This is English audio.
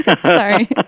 Sorry